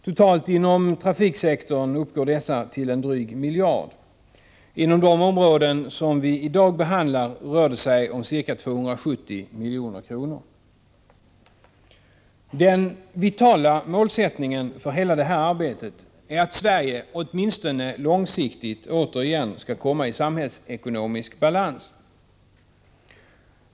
Totalt inom trafiksektorn uppgår dessa till en dryg miljard. Inom de områden som vi i dag behandlar rör det sig om ca 270 milj.kr. Den vitala målsättningen för hela detta arbete är att Sverige, åtminstone långsiktigt, återigen skall komma i samhällsekonomisk balans.